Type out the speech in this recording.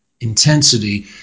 intensity